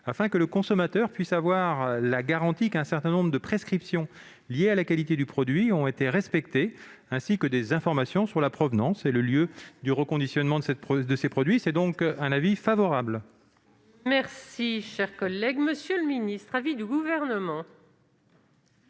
afin que le consommateur puisse avoir la garantie qu'un certain nombre de prescriptions liées à la qualité du produit ont été respectées, ainsi que des informations sur la provenance et le lieu de reconditionnement de ces produits. L'avis de la commission est donc favorable. Quel est l'avis du Gouvernement